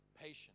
patient